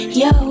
yo